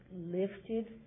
lifted